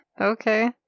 Okay